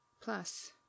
plus